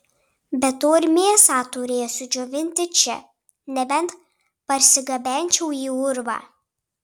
be to ir mėsą turėsiu džiovinti čia nebent parsigabenčiau į urvą